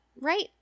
Right